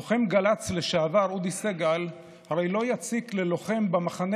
לוחם גל"צ לשעבר אודי סגל הרי לא יציק ללוחם במחנה